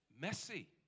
messy